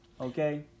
Okay